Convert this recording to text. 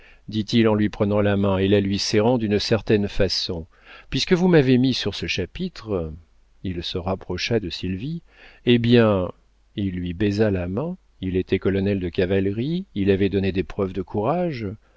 dit-il en lui prenant la main et la lui serrant d'une certaine façon puisque vous m'avez mis sur ce chapitre il se rapprocha de sylvie eh bien il lui baisa la main il était colonel de cavalerie il avait donné des preuves de courage